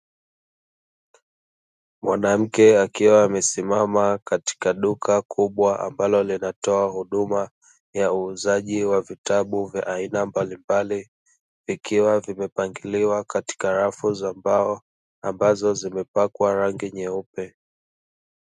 Mwanamke akiwa amesimama katika duka kubwa ambalo linatoa huduma ya uuzaji wa vitabu vya aina mbalimbali, ikiwa vimepangiliwa katika rafu za mbao ambazo zimepakwa rangi nyeupe.